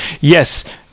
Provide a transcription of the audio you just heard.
yes